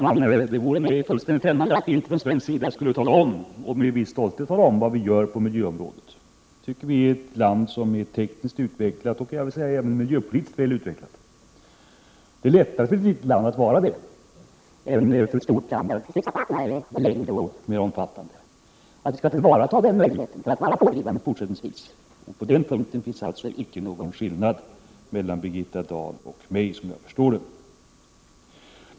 Herr talman! Det är mig fullständigt främmande att vi från svensk sida inte skulle tala om, och det med viss stolthet, vad vi gör på miljöområdet. Sverige är ett land som är tekniskt och även miljöpolitiskt väl utvecklat. Det är lättare för ett litet land att vara det än för ett stort land där beslutsproceduren är mer omfattande. Vi skall också tillvarata möjligheten att fortsättningsvis vara pådrivande. På den punkten finns det alltså, såvitt jag förstår, alltså icke någon skillnad mellan Birgitta Dahl och mig.